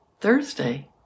Thursday